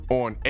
on